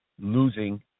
losing